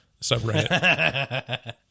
subreddit